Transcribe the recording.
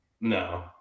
No